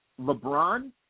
LeBron